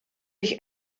ich